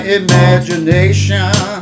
imagination